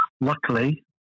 Luckily